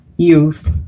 youth